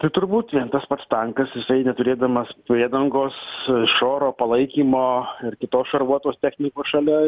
tai turbūt vien tas pats tankas jisai neturėdamas priedangos iš oro palaikymo ir kitos šarvuotos technikos šalia